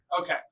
Okay